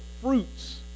fruits